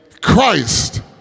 Christ